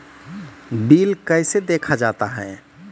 Bill कैसे देखा जाता हैं?